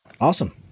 Awesome